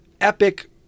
epic